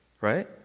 right